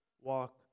walk